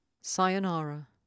Sayonara